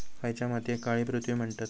खयच्या मातीयेक काळी पृथ्वी म्हणतत?